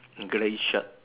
grey shirt